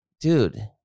dude